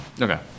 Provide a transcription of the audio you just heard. Okay